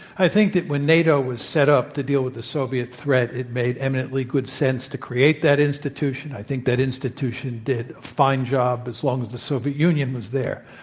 i think that when nato was set up, the deal with the soviet threat it made eminently good sense to create that institution. i think that institution did a fine job as long as the soviet union was there.